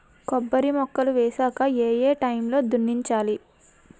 కొబ్బరి మొక్కలు వేసాక ఏ ఏ టైమ్ లో దున్నించాలి?